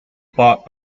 bought